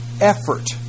effort